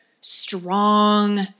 strong